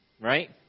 Right